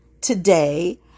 today